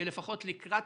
שלפחות לקראת